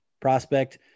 prospect